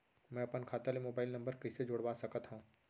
मैं अपन खाता ले मोबाइल नम्बर कइसे जोड़वा सकत हव?